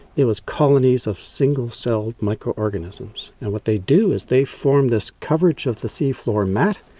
it was colonies of single-celled microorganisms. and what they do is they form this coverage of the seafloor mat,